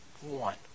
One